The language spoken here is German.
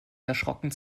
erschrocken